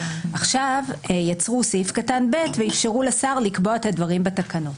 עכשיו יצרו סעיף קטן (ב) ואפשרו לשר לקבוע את הדברים בתקנות.